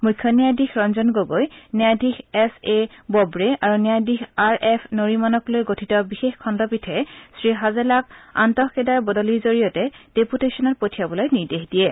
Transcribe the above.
মুখ্য ন্যায়াধীশ ৰঞ্জন গগৈ ন্যায়াধীশ এছ এ ববড়ে আৰু ন্যায়াধীশ আৰ এফ নৰিমানকলৈ গঠিত বিশেষ খণ্ডপীঠে শ্ৰীহাজেলাক আন্তঃকেদাৰ বদলিৰ জৰিয়তে ডেপূটেখ্বনত পঠিয়াবলৈ নিৰ্দেশ দিয়ে